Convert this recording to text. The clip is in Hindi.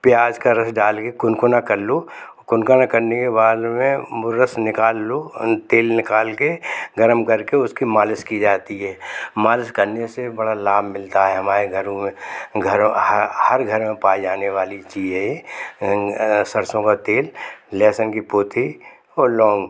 प्याज का रस डाल के कुनकुना कर लो कुनकुना करने के बाद में वो रस निकाल लो तेल निकाल के गर्म करके उसकी मालिश की जाती है मालिश करने से बड़ा लाभ मिलता है हमारे घरों में घरों हर घर में पाए जाने वाली चीज है ये सरसों का तेल लहसुन की पोथी और लौंग